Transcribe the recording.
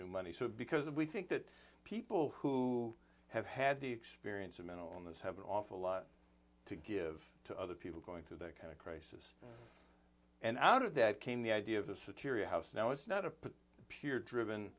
new money because we think that people who have had the experience of mental illness have an awful lot to give to other people going through that kind of crisis and out of that came the idea of the satiric house now it's not a pure driven